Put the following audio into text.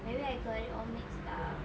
maybe I got it all mixed up